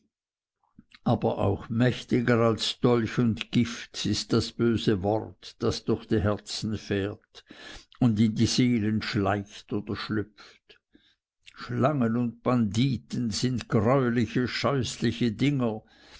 aber auch mächtiger als dolch und gift ist das böse wort das durch die herzen fährt und in die seelen schleicht oder schlüpft schlangen und banditen sind greuliche scheußliche dinger